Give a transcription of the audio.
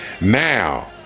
Now